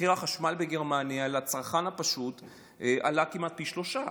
מחיר החשמל בגרמניה לצרכן הפשוט עלה כמעט פי שלושה.